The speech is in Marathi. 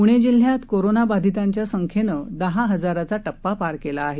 पुणे जिल्ह्यात कोरोना बाधितांच्या संख्येनं दहा हजाराचा टप्पा पार केला आहे